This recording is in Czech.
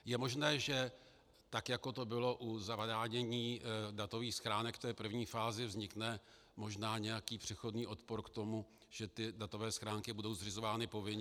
Je možné, že tak jako to bylo u zavádění datových schránek, v té první fázi vznikne možná nějaký přechodný odpor k tomu, že datové schránky budou zřizovány povinně.